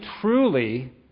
truly